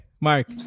Mark